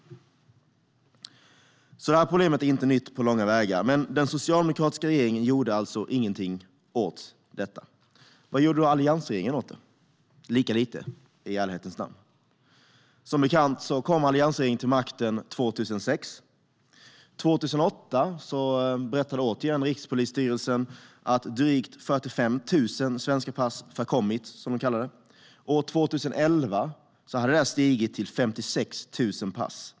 Problemet är alltså inte nytt på långa vägar, men den socialdemokratiska regeringen gjorde ingenting åt det. Vad gjorde då alliansregeringen? Jo, man gjorde lika lite, i ärlighetens namn. Som bekant kom alliansregeringen till makten 2006. År 2008 berättade Rikspolisstyrelsen att drygt 45 000 svenska pass hade förkommit, som man kallade det. År 2011 hade det stigit till 56 000 pass.